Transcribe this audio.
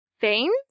Veins